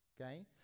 Okay